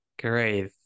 Great